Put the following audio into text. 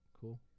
Cool